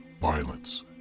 violence